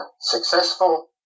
successful